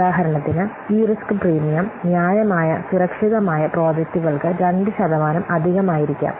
ഉദാഹരണത്തിന് ഈ risk premium ന്യായമായ സുരക്ഷിതമായ പ്രോജക്റ്റുകൾക്ക് 2 ശതമാനം അധികമായിരിക്കാം